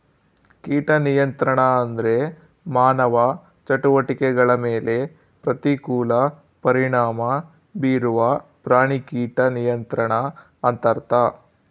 ಕೀಟ ನಿಯಂತ್ರಣ ಅಂದ್ರೆ ಮಾನವ ಚಟುವಟಿಕೆಗಳ ಮೇಲೆ ಪ್ರತಿಕೂಲ ಪರಿಣಾಮ ಬೀರುವ ಪ್ರಾಣಿ ಕೀಟ ನಿಯಂತ್ರಣ ಅಂತರ್ಥ